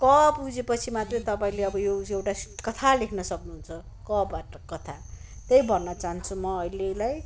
क बुझेपछि मात्र तपाईँले अब यो एउटा कथा लेख्नु सक्नुहुन्छ क बाट कथा त्यही भन्न चाहन्छु म अहिलेलाई